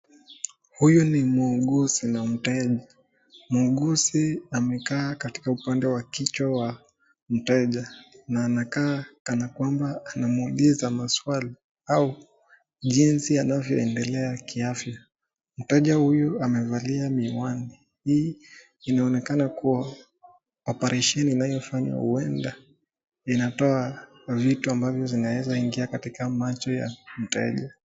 Huyu ni muuguzi na mteja. Muuguzi amekaa katika upande wa kichwa wa mteja na aakaa kana kwamba anamuuliza maswali au jinsi anavyoendelea kuafya. Mteja huyu amevalia miwani. Hii inaonekana kuwa oparesheni inayofanywa huenda inatoa vitu ambavyo vinaeza ingia katika macho ya mteja.